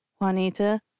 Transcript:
juanita